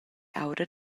aura